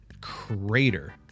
crater